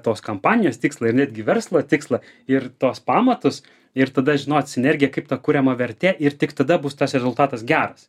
tos kompanijos tikslą ir netgi verslo tikslą ir tuos pamatus ir tada žinot sinergiją kaip ta kuriama vertė ir tik tada bus tas rezultatas geras